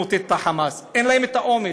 את ה"חמאס"; אין להם אומץ,